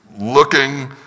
looking